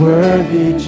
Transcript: Worthy